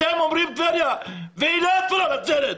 אתם אומרים טבריה ואיפה נצרת?